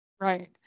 Right